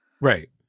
right